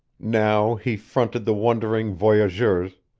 now he fronted the wondering voyageurs,